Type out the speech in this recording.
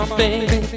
baby